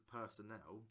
personnel